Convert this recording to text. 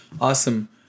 Awesome